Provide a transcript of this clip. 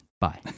Bye